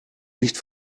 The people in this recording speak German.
nicht